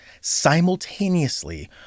simultaneously